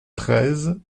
treize